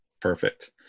Perfect